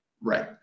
Right